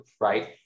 right